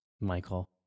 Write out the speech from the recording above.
Michael